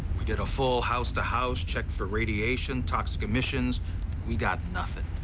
we did a full house-to-house checked for radiation, toxic emissions we got nothing.